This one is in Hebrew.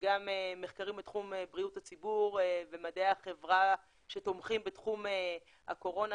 וגם מחקרים בתחום בריאות הציבור ומדעי החברה שתומכים בתחום הקורונה,